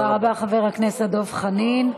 תודה רבה, חבר הכנסת דב חנין.